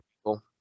people